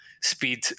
speed